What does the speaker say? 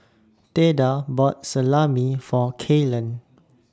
Theda bought Salami For Kaylen